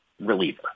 reliever